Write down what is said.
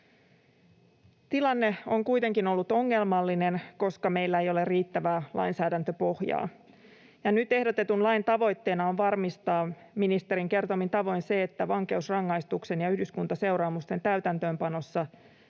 Tilanne on kuitenkin ollut ongelmallinen, koska meillä ei ole riittävää lainsäädäntöpohjaa, ja nyt ehdotetun lain tavoitteena on varmistaa ministerin kertomin tavoin se, että vankeusrangaistuksen ja yhdyskuntaseuraamusten täytäntöönpanossa